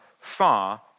far